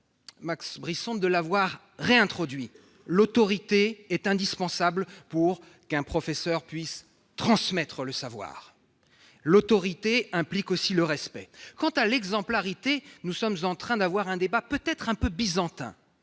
Max Brisson de l'avoir réintroduit. En effet, l'autorité est indispensable pour qu'un professeur puisse transmettre le savoir. L'autorité implique aussi le respect. Quant à l'exemplarité, notre débat sur ce sujet est peut-être quelque peu byzantin.